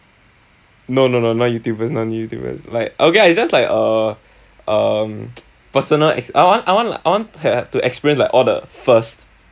no no no not youtuber not youtuber like okay I just like a uh um personal ex~ I want I want I want to ha~ to experience like all the first